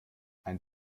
ein